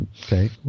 Okay